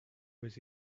was